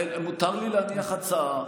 מותר לי להניח הצעה.